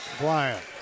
Bryant